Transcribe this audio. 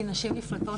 כי נשים נפלטות